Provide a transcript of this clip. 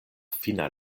fina